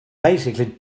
basically